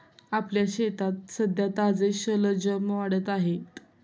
आपल्या शेतात सध्या ताजे शलजम वाढत आहेत